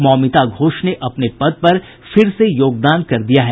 मौमिता घोष ने अपने पद फिर से योगदान कर दिया है